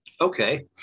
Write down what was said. Okay